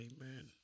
Amen